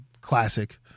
Classic